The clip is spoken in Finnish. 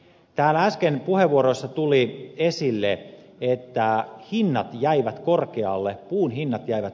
täällä äsken puheenvuoroissa tuli esille että raakapuun hinnat jäivät